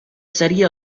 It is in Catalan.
seria